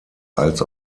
als